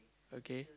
okay